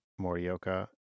Morioka